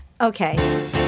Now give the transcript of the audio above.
Okay